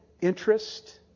interest